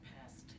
past